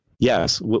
Yes